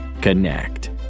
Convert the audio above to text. Connect